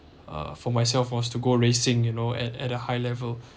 uh for myself was to go racing you know at at a high level